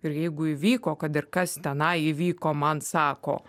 ir jeigu įvyko kad ir kas tenai įvyko man sako